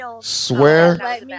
swear